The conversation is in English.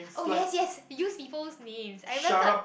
oh yes yes use people's names I remember